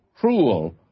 cruel